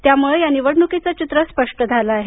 त्यामुळे या निवडणुकीचं चित्र स्पष्ट झालं आहे